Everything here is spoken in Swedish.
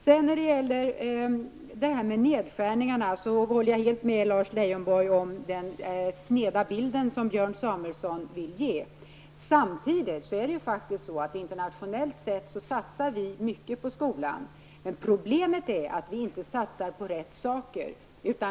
Jag håller helt med Lars Leijonborg om att Björn Samuelson ger en sned bild av nedskärningarna. Men samtidigt är det ju faktiskt så att vi internationellt sett satsar mycket på skolan. Problemet är att vi inte satsar på rätt saker.